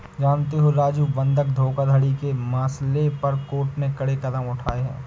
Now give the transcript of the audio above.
जानते हो राजू बंधक धोखाधड़ी के मसले पर कोर्ट ने कड़े कदम उठाए हैं